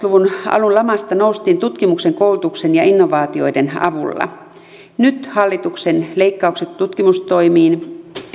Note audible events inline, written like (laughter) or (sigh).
(unintelligible) luvun alun lamasta noustiin tutkimuksen koulutuksen ja innovaatioiden avulla nyt hallituksen leikkaukset tutkimustoimintaan